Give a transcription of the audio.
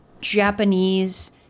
Japanese